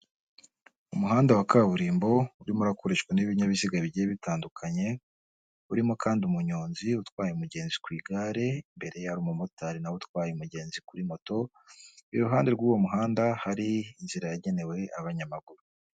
Umuhanda wa kaburimbo urimogurishwa n'ibinyabiziga bigiye bitandukanye, urimo kandi umunyonzi utwaye umugenzi ku igare, imbere ye hari umumotari nawe utwaye umugenzi kuri moto, iruhande rw'uwo muhanda hari inzira yagenewe abanyamaguru.